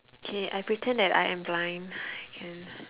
K I pretend that I am blind can